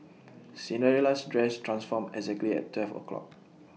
Cinderella's dress transformed exactly at twelve o' clock